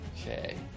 Okay